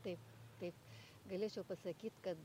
taip taip galėčiau pasakyt kad